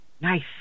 Nice